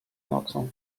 nocą